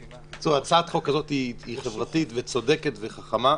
הצעת החוק הזאת היא חברתית, צודקת וחכמה,